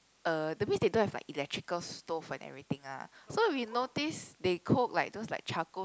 uh that means they don't have like electrical stove and everything lah so we notice they cook like those like charcoal